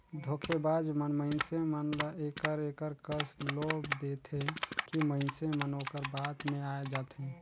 धोखेबाज मन मइनसे मन ल एकर एकर कस लोभ देथे कि मइनसे मन ओकर बात में आए जाथें